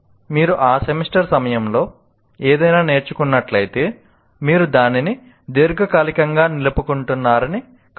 మీరు ఆ సెమిస్టర్ సమయంలో ఏదైనా నేర్చుకున్నట్లయితే మీరు దానిని దీర్ఘకాలికంగా నిలుపుకుంటున్నారని కాదు